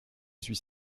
suis